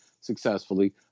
successfully